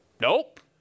Nope